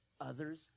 others